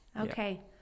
Okay